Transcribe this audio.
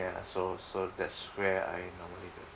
ya so so that's where I normally do